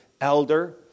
elder